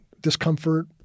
discomfort